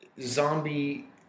zombie